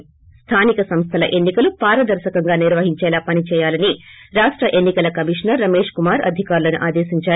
థి స్లానిక సంస్థల ఎన్ని కలు పారదర్నకంగా నిర్వహించేలా పని చెయ్యాలని రాష్ట ఎన్ని కల కమిషనర్ రమేష్కుమార్ అధికారులను ఆదేశించారు